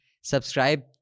subscribe